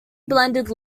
blended